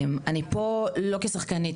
אני פה לא כשחקנית,